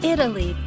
Italy